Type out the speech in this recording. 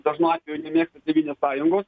dažnu atveju nemėgsta tėvynės sąjungos